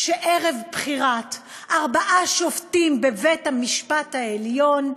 שערב בחירת ארבעה שופטים בבית-המשפט העליון,